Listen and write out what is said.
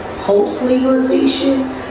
post-legalization